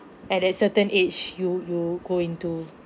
at that certain age you you go into